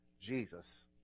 Jesus